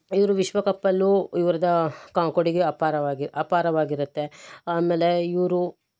ಇವರು ವಿಶ್ವಕಪ್ಪಲ್ಲೂ ಇವ್ರದ್ದು ಕಾ ಕೊಡುಗೆ ಅಪಾರವಾಗಿ ಅಪಾರವಾಗಿರುತ್ತೆ ಆಮೇಲೆ ಇವರು